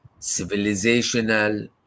civilizational